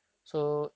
I see